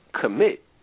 commit